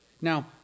Now